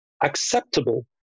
acceptable